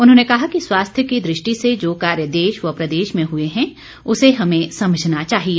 उन्होंने कहा कि स्वास्थ्य की दृष्टि से जो कार्य देश व प्रदेश में हुए हैं उसे हमें समझना चाहिए